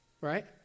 right